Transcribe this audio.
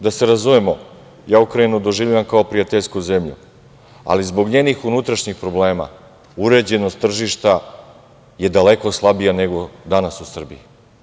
Da se razumemo, ja Ukrajinu doživljavam kao prijateljsku zemlju, ali zbog njenih unutrašnjih problema uređenost tržišta je daleko slabija nego danas u Srbiji.